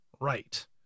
right